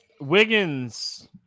Wiggins